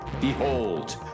Behold